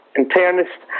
internist